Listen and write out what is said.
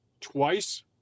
twice